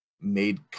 made